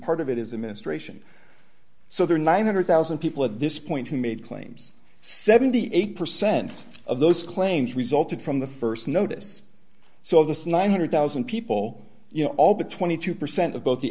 part of it is a ministration so there are nine hundred thousand people at this point who made claims seventy eight percent of those claims resulted from the st notice so that's nine hundred thousand people you know all the twenty two percent of both the